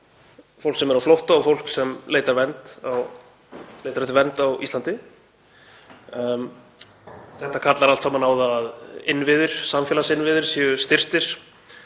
fólks sem er á flótta og fólks sem leitar eftir vernd á Íslandi. Þetta kallar allt saman á að innviðir samfélagsins séu styrktir,